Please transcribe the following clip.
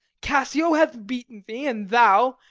cassio hath beaten thee, and thou,